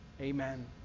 Amen